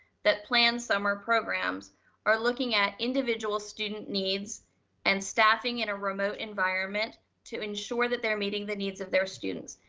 that plan summer programs are looking at individual student needs and staffing in a remote environment to ensure that they're meeting the needs of their students.